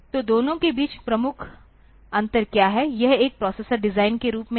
तो दोनों के बीच प्रमुख अंतर क्या है यह एक प्रोसेसर डिजाइनर के रूप में है